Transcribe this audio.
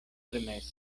permesos